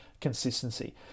consistency